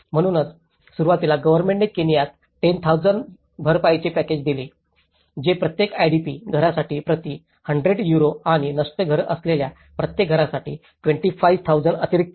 म्हणूनच सुरुवातीला गव्हर्नमेंटने केनियात 10000 भरपाईचे पॅकेज दिले आहे जे प्रत्येक आयडीपी घरासाठी प्रति 100 युरो आणि नष्ट घर असलेल्या प्रत्येक घरासाठी 25000 अतिरिक्त आहे